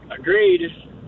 agreed